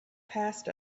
passed